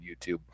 YouTube